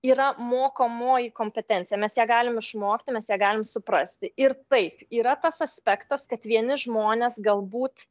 yra mokomoji kompetencija mes ją galim išmokti mes ją galim suprasti ir taip yra tas aspektas kad vieni žmonės galbūt